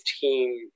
team